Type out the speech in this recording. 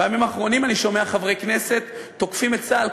בימים האחרונים אני שומע חברי כנסת תוקפים את צה"ל,